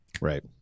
Right